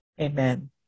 Amen